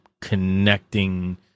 connecting